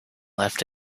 left